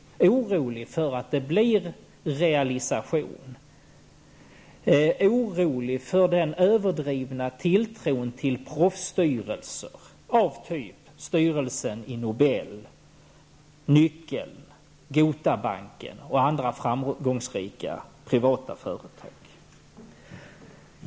Jag är orolig för att det blir realisation och för den överdrivna tilltron till proffsstyrelser av typen styrelserna i Nobel, Nyckeln, GOTA BANK och andra framgångsrika privata företag.